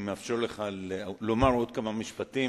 אני מאפשר לך לומר עוד כמה משפטים.